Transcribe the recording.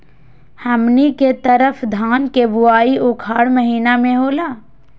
हमनी के तरफ धान के बुवाई उखाड़ महीना में होला